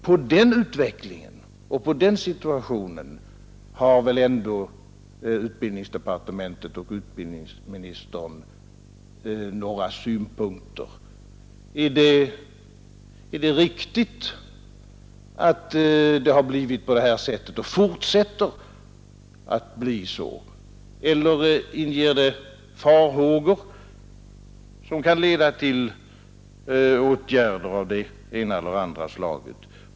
På den utvecklingen och på den situationen har väl ändå utbildningsdepartementet och utbildningsministern några synpunkter? Är det riktigt att det har blivit så här och fortsätter att bli så? Eller inger det farhågor som kan leda till åtgärder av det ena eller andra slaget?